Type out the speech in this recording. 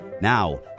Now